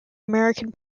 american